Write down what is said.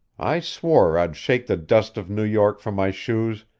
i swore i'd shake the dust of new york from my shoes,